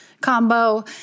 combo